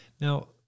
Now